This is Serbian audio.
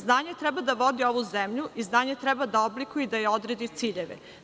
Znanje treba da vodi ovu zemlju i znanje treba da je oblikuje i da joj odredi ciljeve.